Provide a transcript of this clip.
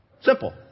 Simple